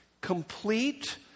complete